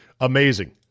amazing